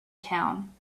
town